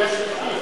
קריאה שלישית.